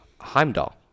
Heimdall